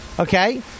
Okay